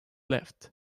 left